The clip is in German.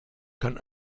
kann